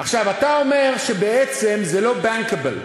עכשיו, אתה אומר שבעצם זה לא bankable.